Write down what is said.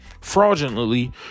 fraudulently